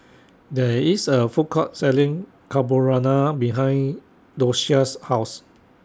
There IS A Food Court Selling Carbonara behind Doshia's House